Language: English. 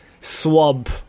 swab